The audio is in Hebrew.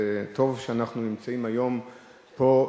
טוב שאנחנו נמצאים היום פה,